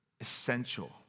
essential